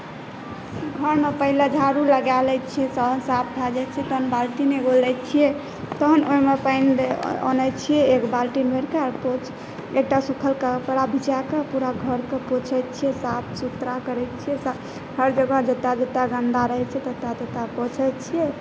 घरमे पहिने झाड़ू लगाए लैत छी साफ भए जाइत छै तहन बाल्टी एगो लैत छियै तहन ओहिमे पानि आनैत छी एक बाल्टी भरि कऽ तऽ एकटा सुखल कपड़ा भिजाए कऽ पूरा घरकेँ पोछैत छियै साफ सुथड़ा करैत छियै हर जगह जतय जतय गन्दा रहैत छै ततय ततय पोछैत छियै